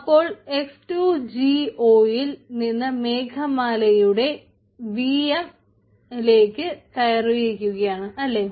അപ്പോൾ X two G O യിൽ നിന്ന് മേഘമാലയുടെ വി എം ലേക്ക് കയറിയിരിക്കുകയാണ് അല്ലേ